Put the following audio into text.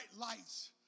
lights